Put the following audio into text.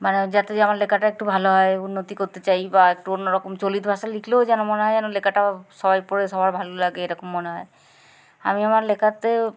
মানে যাতে যে আমার লেখাটা একটু ভালো হয় উন্নতি করতে চাই বা একটু অন্যরকম চলিত ভাষা লিখলেও যেন মনে হয় যেন লেখাটা সবাই পড়ে সবার ভালো লাগে এরকম মনে হয় আমি আমার লেখাতে